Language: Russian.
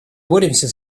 боремся